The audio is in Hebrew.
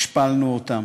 השפלנו אותם,